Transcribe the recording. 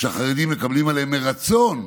כשהחרדים מקבלים עליהם מרצון,